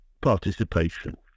participation